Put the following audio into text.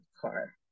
car